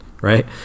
right